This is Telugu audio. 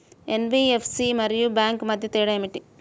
ఎన్.బీ.ఎఫ్.సి మరియు బ్యాంక్ మధ్య తేడా ఏమిటి?